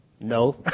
No